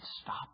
Stop